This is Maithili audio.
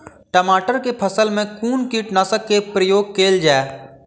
टमाटर केँ फसल मे कुन कीटनासक केँ प्रयोग कैल जाय?